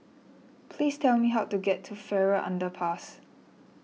please tell me how to get to Farrer Underpass